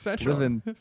living